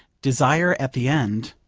desire, at the end,